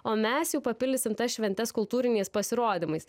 o mes jau papildysim tas šventes kultūriniais pasirodymais